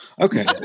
Okay